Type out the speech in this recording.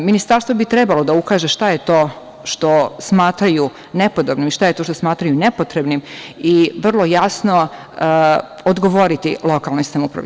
Ministarstvo bi trebalo da ukaže šta je to što smatraju nepodobnim, šta je to što smatraju nepotrebnim i vrlo jasno odgovoriti lokalnoj samoupravi.